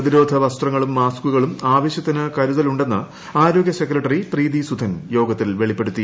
പ്രതിരോധ വസ്ത്രങ്ങളും മാസ്ക്കുകളും ആവശ്യത്തിന് കരുതലുണ്ടെന്ന് ആരോഗ്യ സെക്രട്ടറി പ്രീതി സുധൻ യോഗത്തിൽ വെളിപ്പെടുത്തി